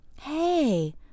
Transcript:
Hey